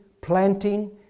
planting